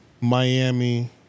Miami